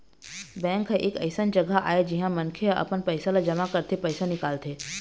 bank ह एक अइसन जघा आय जिहाँ मनखे ह अपन पइसा ल जमा करथे, पइसा निकालथे